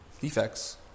Defects